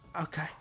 Okay